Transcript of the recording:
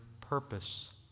purpose